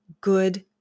good